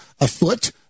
afoot